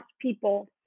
people